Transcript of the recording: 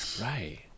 Right